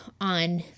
on